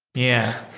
yeah.